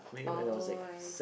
oh I